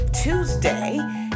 Tuesday